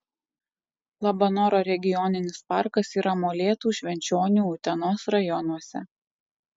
labanoro regioninis parkas yra molėtų švenčionių utenos rajonuose